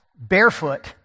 barefoot